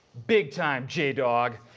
big time, j-dawg.